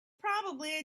probably